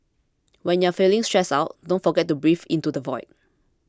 when you are feeling stressed out don't forget to breathe into the void